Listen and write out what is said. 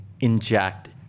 inject